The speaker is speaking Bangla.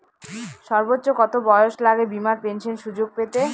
সর্বোচ্চ কত বয়স লাগে বীমার পেনশন সুযোগ পেতে?